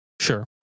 Sure